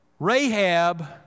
Rahab